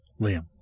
Liam